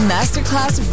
Masterclass